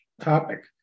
topic